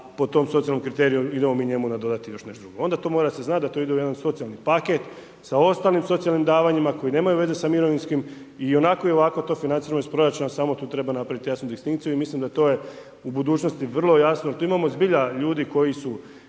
po tom socijalnom kriteriju idemo mi njemu nadodati još nešto drugo, onda to mora se znat da to ide u jedan socijalni paket sa ostalim socijalnim davanjima koji nemaju veze sa mirovinskim, i onako i ovako to financiramo iz proračuna, samo tu treba napravit jasnu distinkciju i mislim da to je u budućnosti vrlo jasno. Tu imamo ljudi koji su